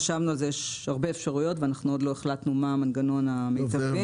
חשבנו על הרבה אפשרויות ואנחנו עוד לא החלטנו מה המנגנון המיטבי.